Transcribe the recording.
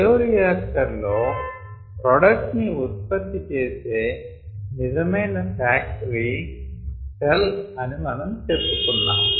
bioreactor లో product ని ఉత్పత్తి చేసే నిజమయిన ఫ్యాక్టరీ సెల్ అని మనం చెప్పుకున్నాము